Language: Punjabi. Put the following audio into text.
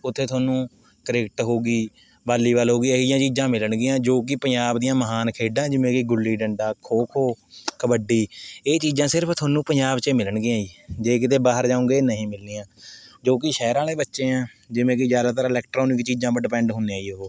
ਉੱਥੇ ਤੁਹਾਨੂੰ ਕ੍ਰਿਕਟ ਹੋ ਗਈ ਵਾਲੀਵਾਲ ਹੋ ਗਈ ਇਹੋ ਜਿਹੀਆਂ ਚੀਜ਼ਾਂ ਮਿਲਣਗੀਆਂ ਜੋ ਕਿ ਪੰਜਾਬ ਦੀਆਂ ਮਹਾਨ ਖੇਡਾਂ ਜਿਵੇਂ ਕਿ ਗੁੱਲੀ ਡੰਡਾ ਖੋ ਖੋ ਕਬੱਡੀ ਇਹ ਚੀਜ਼ਾਂ ਸਿਰਫ਼ ਤੁਹਾਨੂੰ ਪੰਜਾਬ 'ਚ ਏ ਮਿਲਣਗੀਆਂ ਜੀ ਜੇ ਕਿਤੇ ਬਾਹਰ ਜਾਊਂਗੇ ਨਹੀਂ ਮਿਲਣੀਆਂ ਜੋ ਕਿ ਸ਼ਹਿਰਾਂ ਵਾਲ਼ੇ ਬੱਚੇ ਆਂ ਜਿਵੇਂ ਕਿ ਜ਼ਿਆਦਾਤਰ ਇਲੈਕਟ੍ਰੋਨਿਕ ਚੀਜ਼ਾਂ ਪਰ ਡੀਪੈਂਡ ਹੁੰਦੇ ਜੀ ਉਹ